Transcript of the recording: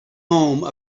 home